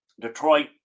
Detroit